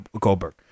Goldberg